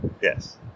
yes